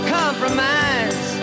compromise